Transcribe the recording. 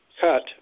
cut